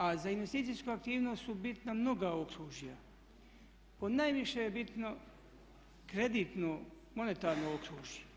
A za investicijsku aktivnost su bitna mnoga okružja ponajviše je bitno kreditno, monetarno okružje.